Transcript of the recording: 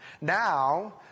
Now